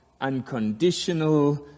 unconditional